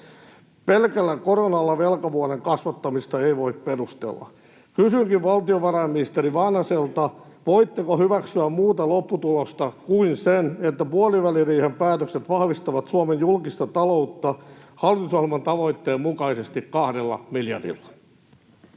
Pelkällä koronalla velkavuoren kasvattamista ei voi perustella. Kysynkin valtiovarainministeri Vanhaselta: voitteko hyväksyä muuta lopputulosta kuin sen, että puoliväliriihen päätökset vahvistavat Suomen julkista taloutta hallitusohjelman tavoitteen mukaisesti kahdella miljardilla?